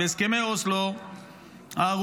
בהסכמי אוסלו הארורים,